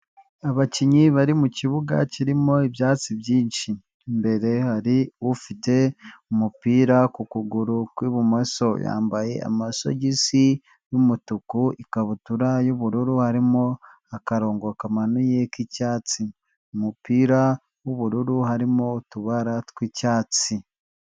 Abakinnyi bari mu kibuga kirimo ibyatsi byinshi, imbere hari ufite umupira ku kuguru ku'ibumoso, yambaye amasogisi y'umutuku, ikabutura y'ubururu harimo akarongo kamanuye k'icyatsi, umupira w'ubururu harimo utubara tw'icyatsi.